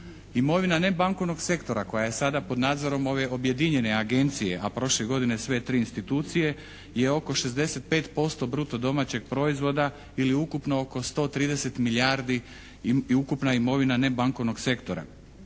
Imovina nebankovnog sektora koja je sada pod nadzorom ove objedinjene agencije, a prošle godine sve tri institucije je oko 65% bruto domaćeg proizvoda ili ukupno oko 130 milijardi i ukupna imovina nebankovnog sektora.